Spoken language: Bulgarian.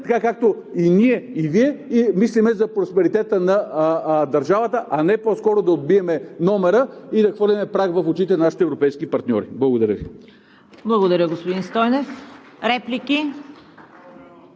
така както и ние, и Вие – мислим за просперитета на държавата, а не по-скоро да отбием номера и да хвърляме прах в очите на нашите европейски партньори. Благодаря Ви. (Ръкопляскания от „БСП